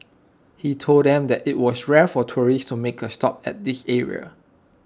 he told them that IT was rare for tourists to make A stop at this area